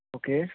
okay